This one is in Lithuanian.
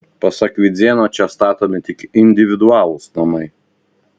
pasak vidzėno čia statomi tik individualūs namai